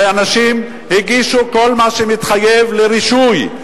שאנשים הגישו כל מה שמתחייב לרישוי,